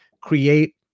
create